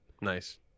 nice